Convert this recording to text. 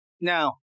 Now